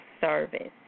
service